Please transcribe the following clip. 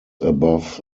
above